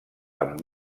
amb